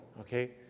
okay